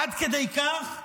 עד כדי כך